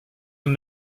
can